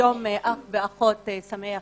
יום אח ואחות שמח